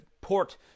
port